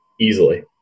easily